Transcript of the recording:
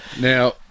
Now